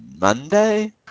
Monday